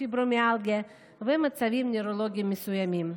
פיברומיאלגיה ומצבים נוירולוגיים מסוימים.